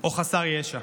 או חסר ישע.